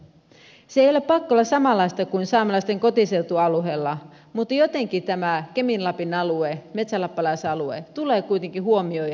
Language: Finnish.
sen ei ole pakko olla samanlaista kuin saamelaisten kotiseutualueella mutta jotenkin tämä kemin lapin alue metsälappalaisalue tulee kuitenkin huomioida